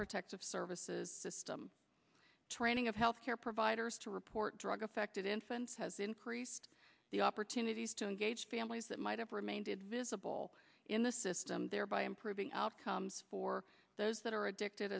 protective services system training of health care providers to report drug affected infants has increased the opportunities to engage families that might have remained it visible in the system thereby improving outcomes for those that are addicted